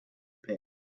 pit